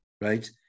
right